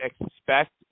expect